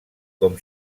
com